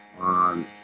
on